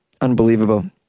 Unbelievable